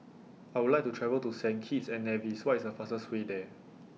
I Would like to travel to Saint Kitts and Nevis What IS The fastest Way There